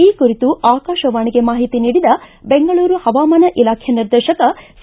ಈ ಕುರಿತು ಆಕಾಶವಾಣಿಗೆ ಮಾಹಿತಿ ನೀಡಿದ ಬೆಂಗಳೂರು ಹವಾಮಾನ ಇಲಾಖೆ ನಿರ್ದೇಶಕ ಸಿ